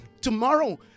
tomorrow